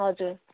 हजुर